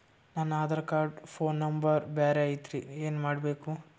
ನನ Aadhaar card phone number ಬ್ಯಾರೆ ಐತ್ರಿ ಏನ ಮಾಡಬೇಕು?